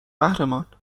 قهرمان